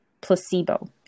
placebo